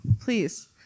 Please